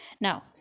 Now